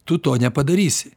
tu to nepadarysi